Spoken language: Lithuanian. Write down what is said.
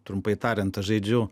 trumpai tariant aš žaidžiu